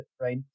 right